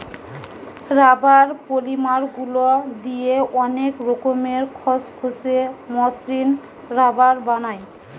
rubber polymer গুলা দিয়ে অনেক রকমের খসখসে, মসৃণ রাবার বানায়